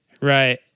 right